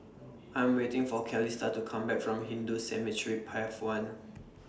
I Am waiting For Calista to Come Back from Hindu Cemetery Path one